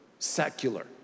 secular